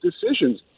decisions